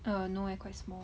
err no eh quite small